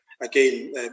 again